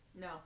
No